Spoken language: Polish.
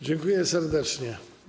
Dziękuję serdecznie.